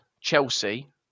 Chelsea